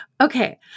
Okay